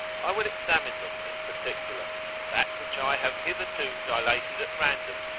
i will examine them in particular, and that which i have hitherto dilated at random,